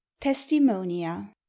testimonia